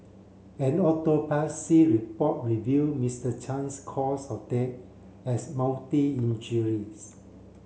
an autopsy report revealed Mister Chan's cause of death as multi injuries